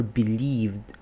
believed